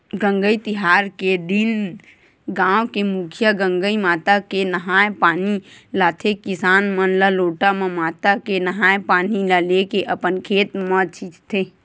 गंगई तिहार के दिन गाँव के मुखिया गंगई माता के नंहाय पानी लाथे किसान मन लोटा म माता के नंहाय पानी ल लेके अपन खेत म छींचथे